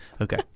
Okay